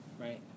right